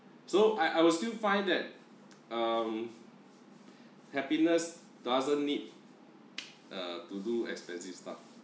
so I I will still find that um happiness doesn't need uh to do expensive stuff